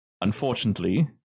Unfortunately